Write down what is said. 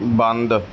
ਬੰਦ